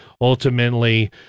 ultimately